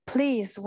Please